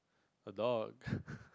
a dog